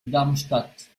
darmstadt